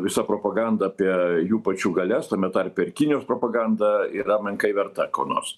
visa propaganda apie jų pačių galias tame tarpe ir kinijos propaganda yra menkai verta ko nors